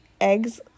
eggs